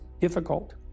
difficult